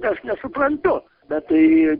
aš nesuprantu bet tai